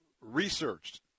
researched